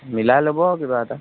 মিলাই ল'ব কিবা এটা